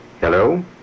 Hello